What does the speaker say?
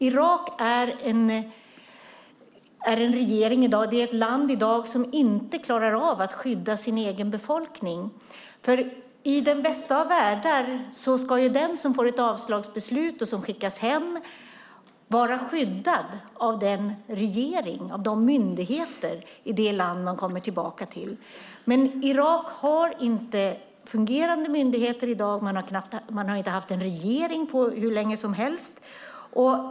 Irak är i dag ett land som inte klarar av att skydda sin egen befolkning. I den bästa av världar ska den som får ett avslagsbeslut och skickas hem vara skyddad av regeringen och myndigheterna i det land man kommer tillbaka till. Irak har inga fungerande myndigheter. Man har inte haft en regering på hur länge som helst.